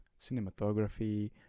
cinematography